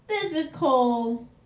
physical